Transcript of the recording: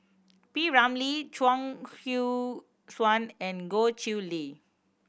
P Ramlee Chuang Hui Tsuan and Goh Chiew Lye